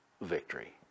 victory